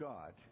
God